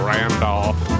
Randolph